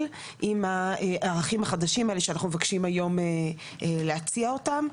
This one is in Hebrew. עם הערכים החדשים האלה שאנחנו מבקשים היום להציע אותם.